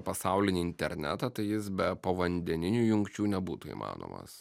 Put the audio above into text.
pasaulinį internetą tai jis be povandeninių jungčių nebūtų įmanomas